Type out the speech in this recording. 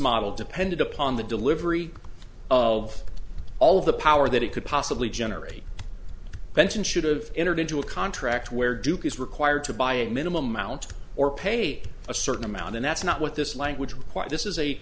model depended upon the delivery of all the power that it could possibly generate pension should've entered into a contract where duke is required to buy a minimum amount or pay a certain amount and that's not what this language quite this is a